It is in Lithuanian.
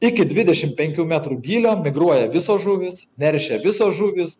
iki dvidešimt penkių metrų gylio migruoja visos žuvys neršia visos žuvys